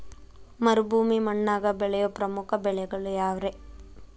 ಮರುಭೂಮಿ ಮಣ್ಣಾಗ ಬೆಳೆಯೋ ಪ್ರಮುಖ ಬೆಳೆಗಳು ಯಾವ್ರೇ?